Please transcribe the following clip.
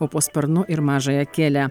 o po sparnu ir mažąją kėlę